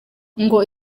ngo